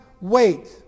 wait